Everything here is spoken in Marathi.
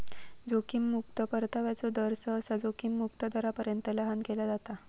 जोखीम मुक्तो परताव्याचो दर, सहसा जोखीम मुक्त दरापर्यंत लहान केला जाता